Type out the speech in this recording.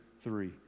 three